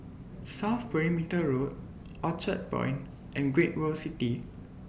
South Perimeter Road Orchard Point and Great World City